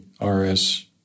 RS